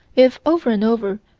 if over and over,